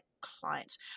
clients